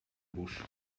bush